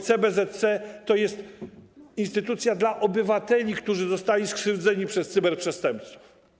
CBZC to jest instytucja dla obywateli, którzy zostali skrzywdzeni przez cyberprzestępców.